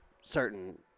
certain